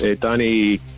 Danny